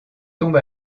tombe